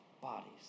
bodies